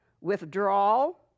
withdrawal